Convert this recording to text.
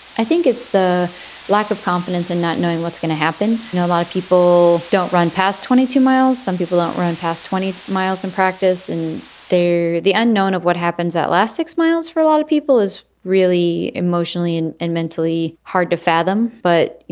i think it's the lack of confidence and not knowing what's going to happen. you know, a lot of people don't run past twenty two miles. some people don't run past twenty miles and practice. and they're the unknown of what happens at least six miles for a lot of people is really emotionally. and mentally hard to fathom. but, you